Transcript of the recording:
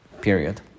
Period